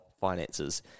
finances